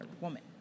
woman